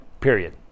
period